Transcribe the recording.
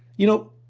you know,